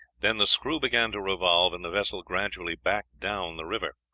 then the screw began to revolve, and the vessel gradually backed down the river.